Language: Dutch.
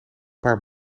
paar